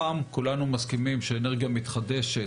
תוקם יחידה גדולה שהנושא שלה יהיה אנרגיות מתחדשות,